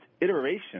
iteration